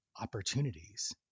opportunities